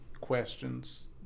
questions